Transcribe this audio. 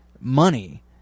money